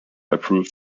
approved